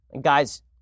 guys